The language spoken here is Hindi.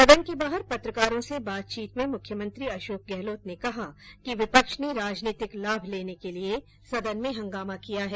सदन के बाहर पत्रकारों से बातचीत में मुख्यमंत्री अषोक गहलोत ने कहा कि विपक्ष ने राजनीतिक लाभ लेने के लिए सदन में हंगामा किया है